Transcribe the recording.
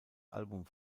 album